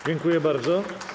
Dziękuję bardzo.